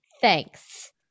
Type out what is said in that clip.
Thanks